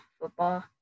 football